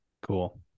cool